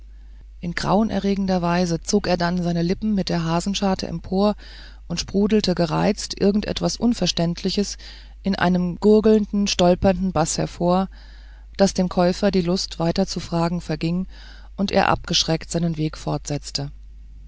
in grauenerregender weise zog er dann seine lippen mit der hasenscharte empor und sprudelte gereizt irgend etwas unverständliches in einem gurgelnden stolpernden baß hervor daß dem käufer die lust weiter zu fragen verging und er abgeschreckt seinen weg fortsetzte